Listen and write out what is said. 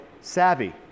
savvy